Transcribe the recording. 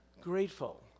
grateful